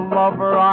lover